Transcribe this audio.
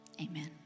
amen